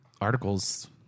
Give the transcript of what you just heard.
articles